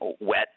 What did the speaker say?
wet